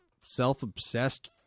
self-obsessed